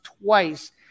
twice